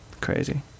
crazy